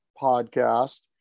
podcast